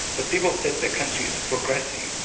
but people said the country is progressing.